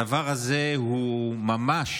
הדבר הזה הוא ממש